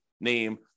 name